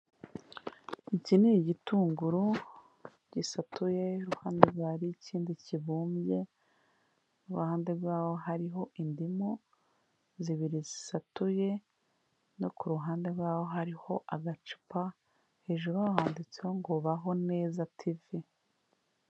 Iki ni igitunguru gisatuye, iruhande rwaho hari ikindi kibumbye, iruhande rwaho hariho indimu zibiri zisatuye, no ku ruhande rwaho hariho agacupa, hejuru haho handitseho ngo:"Baho neza TV."